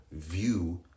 view